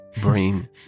brain